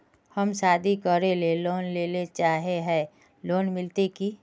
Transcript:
हम शादी करले लोन लेले चाहे है लोन मिलते की?